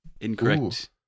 Incorrect